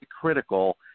critical